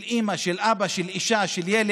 של אימא, של אבא, של אישה, של ילד,